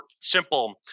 simple